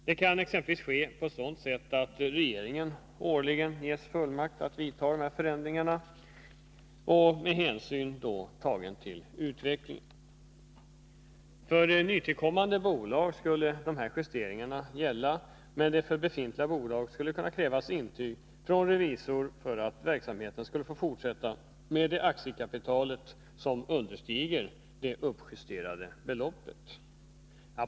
Det kan exempelvis ske genom att regeringen årligen ges = fullmakt att göra dessa förändringar med hänsyn till utvecklingen. Vissa aktiebolags Dessa justeringar skulle gälla för nytillkommande bolag, medan det för rättsliga frågor befintliga bolag skulle krävas intyg från revisorn för att verksamheten skulle få fortsätta med ett aktiekapital som understeg det uppjusterade beloppet.